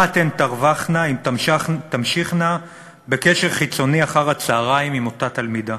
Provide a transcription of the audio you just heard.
מה אתן תרווחנה אם תמשכנה בקשר חיצוני אחר-הצהריים עם אותה תלמידה?